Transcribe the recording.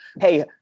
hey